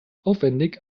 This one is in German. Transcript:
aufwendig